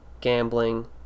gambling